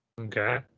Okay